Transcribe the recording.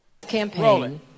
Campaign